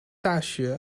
大学